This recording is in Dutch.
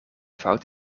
fout